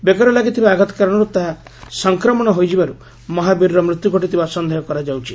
ବେକରେ ଲାଗିଥିବା ଆଘାତ କାରଣରୁ ତାହା ସଂକ୍ରମଣ ହୋଇଯିବାରୁ ମହାବୀରର ମୃତ୍ଧୁ ଘଟିଥିବା ସନ୍ଦେହ କରାଯାଉଛି